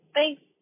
Thanks